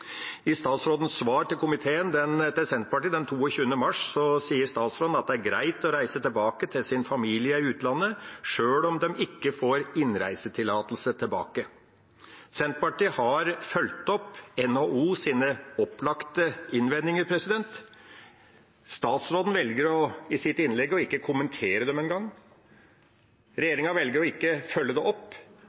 I statsrådens svar til Senterpartiet den 22. mars sier statsråden at det er greit å reise tilbake til sin familie i utlandet, sjøl om de ikke får innreisetillatelse tilbake. Senterpartiet har fulgt opp NHOs opplagte innvendinger. Statsråden velger i sitt innlegg ikke å kommentere dem engang. Regjeringa velger å ikke følge det opp.